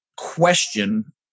Question